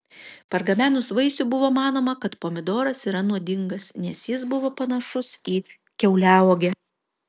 pargabenus vaisių buvo manoma kad pomidoras yra nuodingas nes jis buvo panašus į kiauliauogę